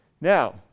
Now